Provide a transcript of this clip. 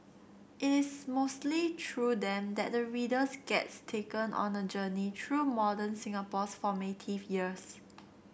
it is mostly through them that the readers gets taken on a journey through modern Singapore's formative years